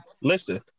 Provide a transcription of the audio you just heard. listen